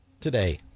today